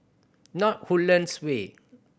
North Woodlands Way